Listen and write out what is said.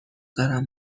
دارم